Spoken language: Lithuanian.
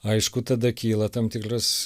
aišku tada kyla tam tikras